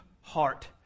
heart